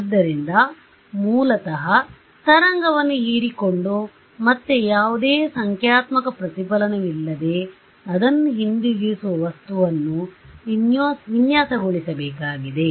ಆದ್ದರಿಂದ ಮೂಲತಃ ತರಂಗವನ್ನು ಹೀರಿಕೊಂಡು ಮತ್ತೆ ಯಾವುದೇ ಸಂಖ್ಯಾತ್ಮಕ ಪ್ರತಿಫಲನವಿಲ್ಲದೆ ಅದನ್ನು ಹಿಂದಿರಿಗಿಸುವ ವಸ್ತುವನ್ನು ವಿನ್ಯಾಸಗೊಳಿಸಬೇಕಾಗಿದೆ